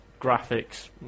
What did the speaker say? graphics